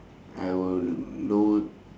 I will lower